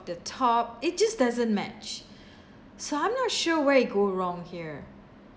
the top it just doesn't match so I'm not sure where it go wrong here